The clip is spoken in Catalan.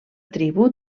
tribu